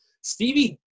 Stevie